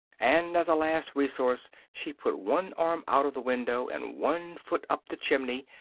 and as a last resource she put one arm out of the window, and one foot up the chimney,